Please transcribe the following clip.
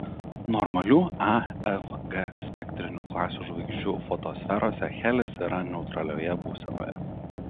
normalių a f g spektrinių klasių žvaigždžių fotosferose helis yra neutralioje būsenoje